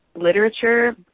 literature